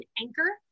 anchor